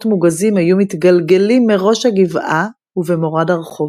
מוגזים היו מתגלגלים מראש הגבעה ובמורד הרחוב.